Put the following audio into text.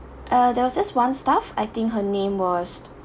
uh there was this one staff I think her name was